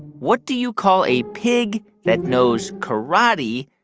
what do you call a pig that knows karate?